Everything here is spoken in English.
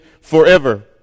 forever